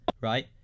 right